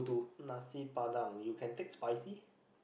Nasi-Padang you can take spicy